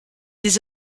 des